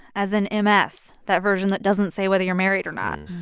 as in m s, that version that doesn't say whether you're married or not.